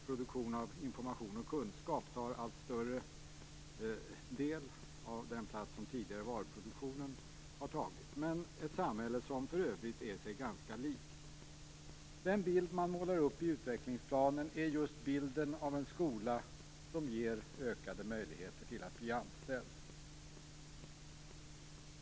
Produktion av information och kunskap tar visserligen en allt större del av den plats som varuproduktionen har tagit, men det är ett samhälle som för övrigt är sig ganska likt. Den bild som man målar upp i utvecklingsplanen är just bilden av en skola som ger ökade möjligheter till att bli anställd.